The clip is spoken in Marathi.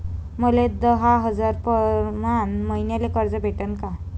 मले दहा हजार प्रमाण मईन्याले कर्ज भेटन का?